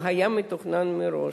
הוא היה מתוכנן מראש.